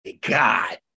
God